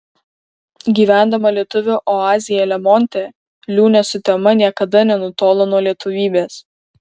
gyvendama lietuvių oazėje lemonte liūnė sutema niekada nenutolo nuo lietuvybės